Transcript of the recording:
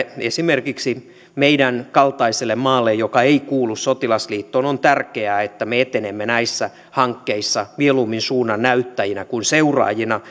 esimerkiksi meidän kaltaisellemme maalle joka ei kuulu sotilasliittoon on tärkeää että me etenemme näissä hankkeissa mieluummin suunnannäyttäjinä kuin seuraajina